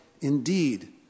indeed